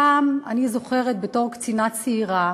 פעם, אני זוכרת בתור קצינה צעירה,